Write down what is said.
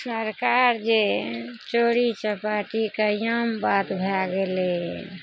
सरकार जे चोरी चपाटीके आम बात भऽ गेलै